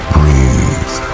Breathe